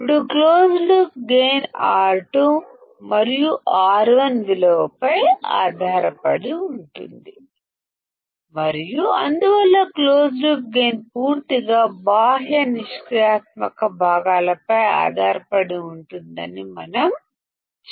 ఇప్పుడు closed loop gain R2 మరియు R1 విలువపై ఆధారపడి ఉంటుంది మరియు అందువల్ల క్లోజ్ లూప్ గైన్ పూర్తిగా బాహ్య నిష్క్రియాత్మక భాగాలపై ఆధారపడి ఉంటుందని మనం చెప్పగలం